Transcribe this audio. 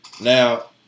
Now